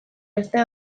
bestea